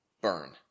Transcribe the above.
burn